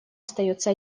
остается